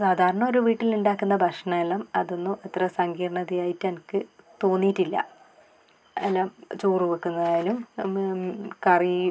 സാധാരണ ഒരു വീട്ടിലിണ്ടാക്കുന്ന ഭക്ഷണം എല്ലാം അതൊന്നും അത്ര സങ്കീർണതയായിട്ട് എനിക്ക് തോന്നിയിട്ടില്ല എല്ലാം ചോറ് വെക്കുന്നതായാലും കറി